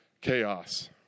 chaos